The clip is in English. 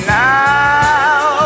now